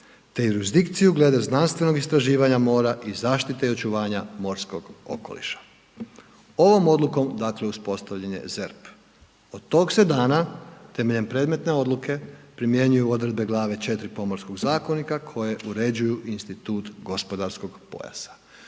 te jurisdikciju glede znanstvenog istraživanja mora i zaštite i očuvanja morskog okoliša. Ovo odlukom dakle uspostavljen je ZERP. Od tog se dana temeljem predmetne odluke primjenjuju odredbe Glave IV. Pomorskog zakonika koje uređuju institut gospodarskog pojasa.